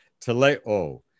teleo